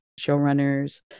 showrunners